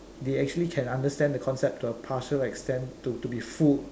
they actually can understand the concept to a partial extent to to be fooled